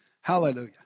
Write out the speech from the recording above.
Hallelujah